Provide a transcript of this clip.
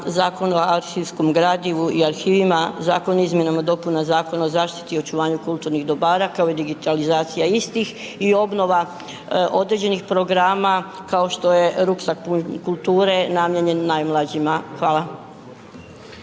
Zakon o arhivskom gradivu i arhivima, zakon o izmjenama i dopunama Zakona o zaštiti i očuvanju kulturnih dobara kao i digitalizacija istih i obnova određenih programa kao što je ruksak pun kulture namijenjen najmlađima. Hvala.